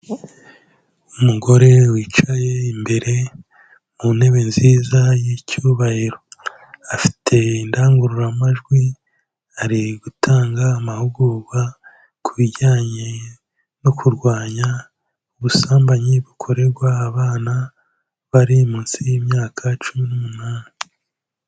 Umugore wicaye imbere mu ntebe nziza y'icyubahiro, afite indangururamajwi ari gutanga amahugurwa ku bijyanye no kurwanya ubusambanyi bukorerwa abana bari munsi y'imyaka cumi n'umunani.